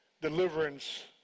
deliverance